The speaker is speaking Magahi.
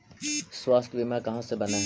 स्वास्थ्य बीमा कहा से बना है?